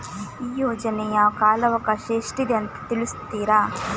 ಈ ಯೋಜನೆಯ ಕಾಲವಕಾಶ ಎಷ್ಟಿದೆ ಅಂತ ತಿಳಿಸ್ತೀರಾ?